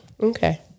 Okay